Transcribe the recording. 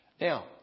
Now